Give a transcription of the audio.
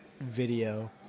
video